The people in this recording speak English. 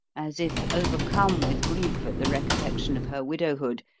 as if overcome with grief at the recollection of her widowhood,